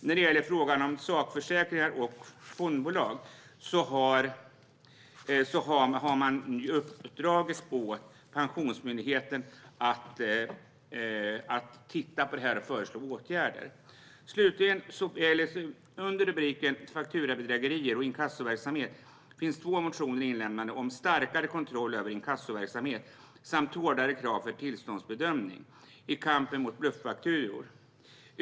När det gäller frågan om sakförsäkringar och fondbolag har det uppdragits åt Pensionsmyndigheten att titta på det här och föreslå åtgärder. Under rubriken Fakturabedrägerier och inkassoverksamhet finns två motioner inlämnade om starkare kontroll över inkassoverksamhet samt hårdare krav för tillståndsbedömning i kampen mot bluffakturor.